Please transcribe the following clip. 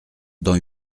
dans